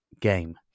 game